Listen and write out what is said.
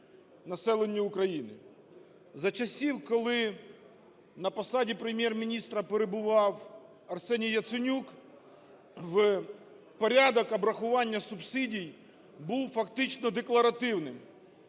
За часів, коли на посаді Прем'єр-міністра перебував Арсеній Яценюк, порядок обрахування субсидій був фактично декларативним.